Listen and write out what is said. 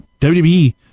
WWE